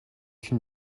une